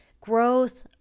growth